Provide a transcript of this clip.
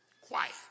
quiet